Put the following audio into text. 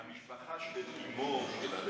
המשפחה של אימו של א.